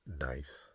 nice